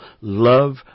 love